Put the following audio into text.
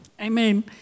Amen